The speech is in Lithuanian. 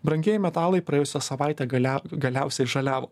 brangieji metalai praėjusią savaitę gale galiausiai žaliavo